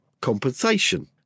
compensation